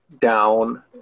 down